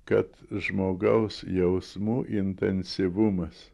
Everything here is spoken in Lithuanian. kad žmogaus jausmų intensyvumas